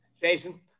Jason